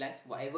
yes